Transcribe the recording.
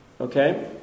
Okay